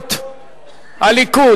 סיעות הליכוד,